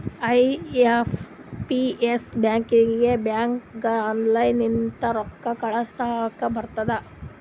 I M P S ಬ್ಯಾಕಿಂದ ಬ್ಯಾಂಕ್ಗ online ಲಿಂತ ರೊಕ್ಕಾ ಕಳೂಸ್ಲಕ್ ಬರ್ತುದ್